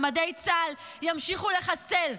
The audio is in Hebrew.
במדי צה"ל ימשיכו לחסל,